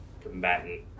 combatant